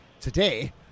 today